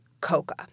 COCA